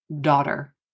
daughter